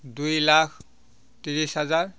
দুই লাখ ত্ৰিছ হাজাৰ